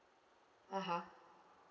(uh huh)